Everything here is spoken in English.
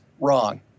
wrong